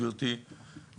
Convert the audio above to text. גברתי,